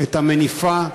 את המניפה.